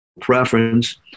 preference